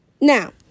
Now